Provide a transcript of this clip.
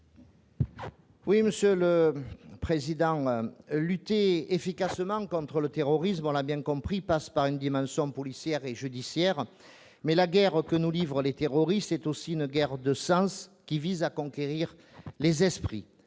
Gilles, pour la réplique. Lutter efficacement contre le terrorisme passe, nous l'avons bien compris, par une dimension policière et judiciaire, mais la guerre que nous livrent les terroristes est aussi une guerre de sens, qui vise à conquérir les esprits.